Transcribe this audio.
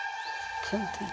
ठीक